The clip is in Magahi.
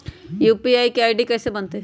यू.पी.आई के आई.डी कैसे बनतई?